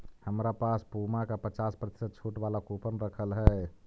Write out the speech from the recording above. हमरा पास पुमा का पचास प्रतिशत छूट वाला कूपन रखल हई